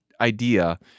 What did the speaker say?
idea